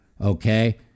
okay